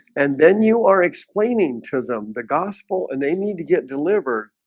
and then you are explaining to them the gospel and they need to get delivered